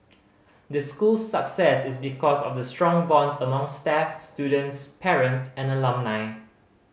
the school's success is because of the strong bonds among staff students parents and alumni